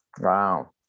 Wow